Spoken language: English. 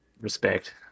respect